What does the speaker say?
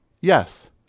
yes